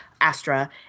Astra